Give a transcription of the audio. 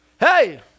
Hey